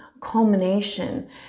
culmination